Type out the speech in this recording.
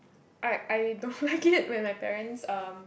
I I don't like it when my parents um